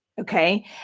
Okay